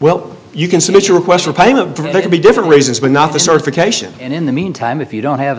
well you can submit your requests for payment they could be different reasons but not the certification and in the meantime if you don't have a